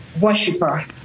worshiper